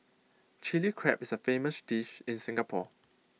Chilli Crab is A famous dish in Singapore